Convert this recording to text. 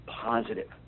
positive